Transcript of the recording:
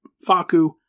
Faku